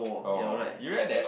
oh you read that